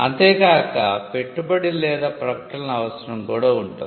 అంతే కాక పెట్టుబడి లేదా ప్రకటనల అవసరం కూడా ఉంటుంది